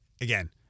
again